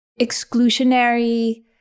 exclusionary